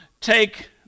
take